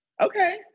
Okay